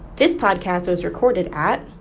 this podcast was recorded at.